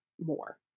more